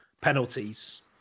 penalties